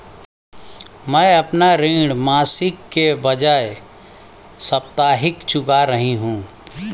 मैं अपना ऋण मासिक के बजाय साप्ताहिक चुका रही हूँ